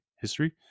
history